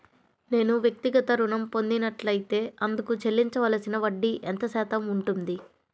నేను వ్యక్తిగత ఋణం పొందినట్లైతే అందుకు చెల్లించవలసిన వడ్డీ ఎంత శాతం ఉంటుంది?